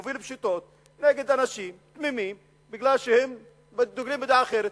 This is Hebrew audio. מוביל פשיטות נגד אנשים תמימים מכיוון שהם דוגלים בדעה אחרת,